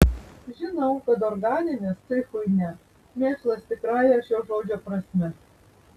žinau kad organinės tai chuinia mėšlas tikrąja šio žodžio prasme